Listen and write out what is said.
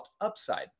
Upside